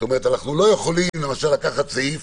אנו לא יכולים לקחת סעיף,